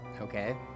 Okay